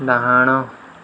ଡାହାଣ